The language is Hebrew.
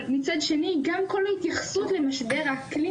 מצד שני גם כל ההתייחסות למשבר האקלים